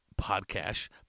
podcast